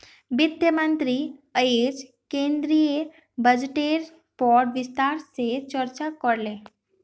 वित्त मंत्री अयेज केंद्रीय बजटेर पर विस्तार से चर्चा करले